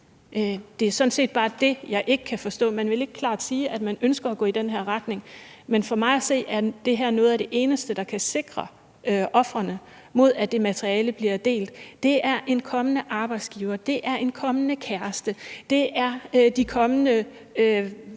Det er sådan set bare det, jeg ikke kan forstå, altså at man ikke klart vil sige, at man ønsker at gå i den her retning. Men for mig at se er det her noget af det eneste, der kan sikre ofrene mod, at det materiale bliver delt. Det er en kommende arbejdsgiver, det er en kommende kæreste, det er kommende